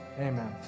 amen